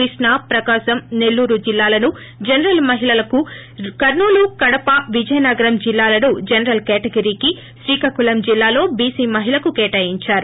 కృష్ణా ప్రకాశం నెల్లూరు జిల్లాలను జనరల్ మహిళకు కర్నూలు కడప విజయనగరం జిల్లాలను జనరల్ కేటగిరీకి శ్రీకాకుళం జిల్లాలో ోబీసీ మహిళకు కేటాయించారు